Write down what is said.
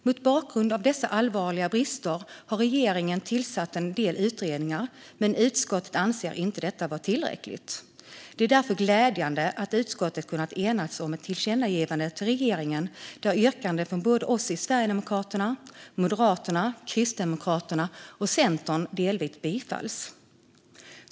Mot bakgrund av dessa allvarliga brister har regeringen tillsatt en del utredningar, men utskottet anser inte detta vara tillräckligt. Det är därför glädjande att utskottet har kunnat enas om ett tillkännagivande till regeringen där yrkanden från oss i Sverigedemokraterna, Moderaterna, Kristdemokraterna och Centern delvis bifalls.